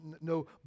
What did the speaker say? no